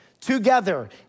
together